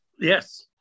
Yes